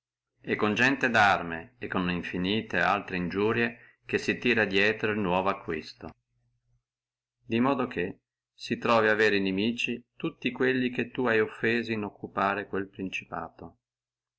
e con gente darme e con infinite altre iniurie che si tira dietro el nuovo acquisto in modo che tu hai inimici tutti quelli che hai offesi in occupare quello principato